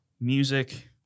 music